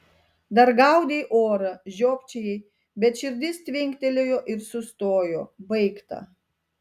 dar gaudei orą žiopčiojai bet širdis tvinktelėjo ir sustojo baigta